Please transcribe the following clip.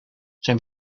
zijn